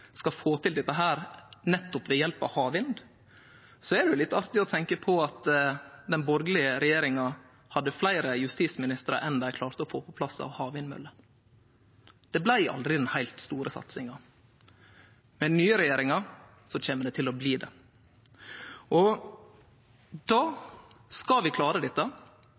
skal få til dette nettopp ved hjelp av havvind, er det jo litt artig å tenkje på at den borgarlege regjeringa hadde fleire justisministrar enn det dei klarte å få på plass av havvindmøller. Det blei aldri den heilt store satsinga. Med nye regjeringa kjem det til å bli det. Vi skal klare dette med ei storstilt satsing på havvind. Vi skal klare